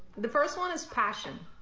the first one is passion.